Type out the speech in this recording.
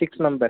six members